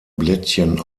blättchen